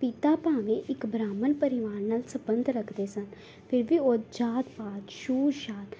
ਪਿਤਾ ਭਾਵੇਂ ਇੱਕ ਬ੍ਰਾਹਮਣ ਪਰਿਵਾਰ ਨਾਲ ਸਬੰਧ ਰੱਖਦੇ ਸਨ ਫਿਰ ਵੀ ਉਹ ਜਾਤ ਪਾਤ ਛੂਤ ਛਾਤ